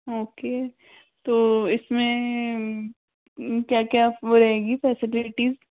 okay तो इस में क्या क्या वो रहेगी फैसिलिटी